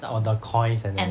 orh the coins and